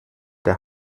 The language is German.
der